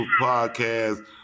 podcast